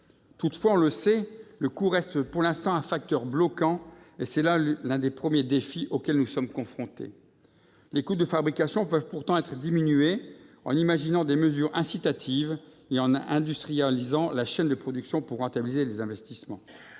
Toutefois, nous le savons, le coût reste pour l'instant un facteur bloquant, et c'est là l'un des premiers défis auxquels nous sommes confrontés. Les coûts de fabrication peuvent pourtant être diminués en imaginant des mesures incitatives et en industrialisant la chaîne de production pour rentabiliser les investissements.